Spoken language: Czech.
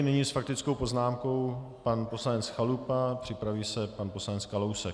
Nyní s faktickou poznámkou pan poslanec Chalupa, připraví se pan poslanec Kalousek.